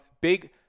big